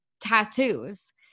tattoos